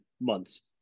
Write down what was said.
months